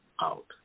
out